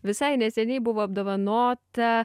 visai neseniai buvo apdovanota